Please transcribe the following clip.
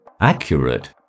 accurate